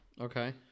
Okay